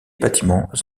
bâtiments